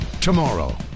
Tomorrow